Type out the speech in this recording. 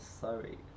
sorry